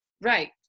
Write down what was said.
right